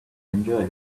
enjoy